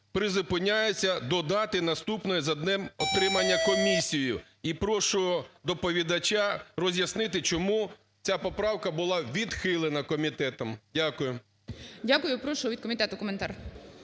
"призупиняються до дати, наступної за днем отримання комісією". І прошу доповідача роз'яснити, чому ця поправка була відхилена комітетом. Дякую. ГОЛОВУЮЧИЙ. Дякую. Прошу від комітету коментар.